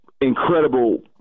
incredible